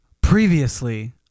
Previously